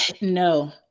No